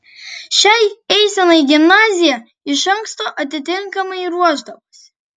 šiai eisenai gimnazija iš anksto atitinkamai ruošdavosi